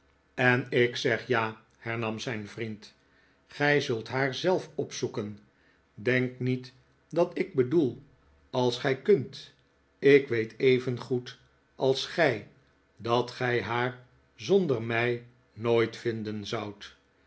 en ik zeg ja hernam zijn vriend gij zult haar zelf opzoeken denk niet dat ik bedoel als gij kunt ik weet evengoed als gij dat gij haar zonder mij nooit vinden zoudt